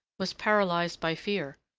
was paralyzed by fear.